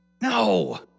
No